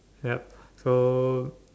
yup so